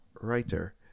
writer